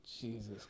Jesus